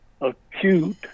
acute